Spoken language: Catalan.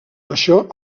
això